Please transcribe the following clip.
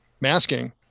masking